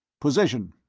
position,